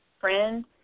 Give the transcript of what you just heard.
friend